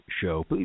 show